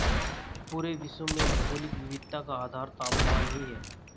पूरे विश्व में भौगोलिक विविधता का आधार तापमान ही है